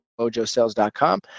mojosales.com